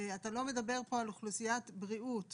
ואתה לא מדבר פה על אוכלוסיית בריאות,